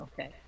Okay